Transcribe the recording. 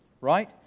Right